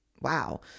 wow